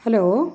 hello